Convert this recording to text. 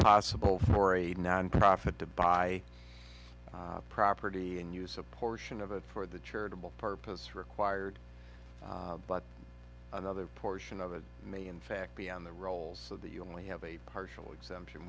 possible for a nonprofit to buy property and use a portion of it for the charitable purposes required but another portion of it may in fact be on the rolls so that you only have a partial exemption